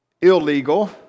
illegal